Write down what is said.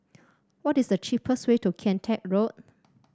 what is the cheapest way to Kian Teck Road